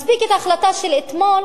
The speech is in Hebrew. מספיקה ההחלטה של אתמול